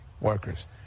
workers